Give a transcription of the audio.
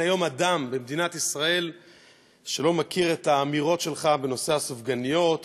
אין היום אדם במדינת ישראל שלא מכיר את האמירות שלך בנושא הסופגניות,